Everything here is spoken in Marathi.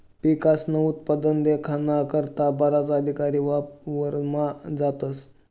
पिकस्नं उत्पादन देखाना करता बराच अधिकारी वावरमा जातस